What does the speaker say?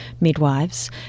midwives